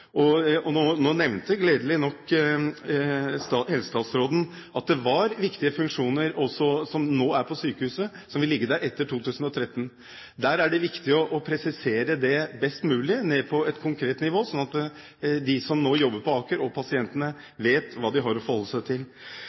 Nå nevnte, gledelig nok, helsestatsråden at det er viktige funksjoner som nå er på sykehuset, som vil ligge der etter 2013. Da er det viktig å presisere det best mulig, ned på et konkret nivå, slik at de som nå jobber på Aker, og pasientene, vet hva de har å forholde seg til.